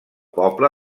poble